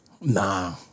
Nah